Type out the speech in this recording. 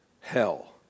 hell